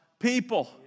People